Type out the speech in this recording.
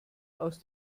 aus